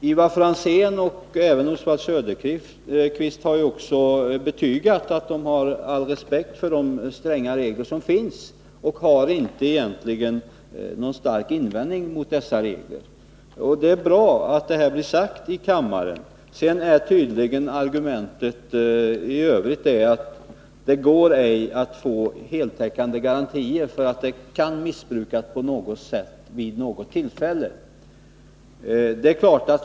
Ivar Franzén och även Oswald Söderqvist har ju också betygat att de har all respekt för de stränga regler som gäller. De har ingen invändning mot reglerna som sådana. Det är bra att detta blev sagt här i kammaren. Deras argument i övrigt är tydligen att det inte går att få heltäckande garantier för att reglerna inte kan missbrukas på något sätt vid något tillfälle.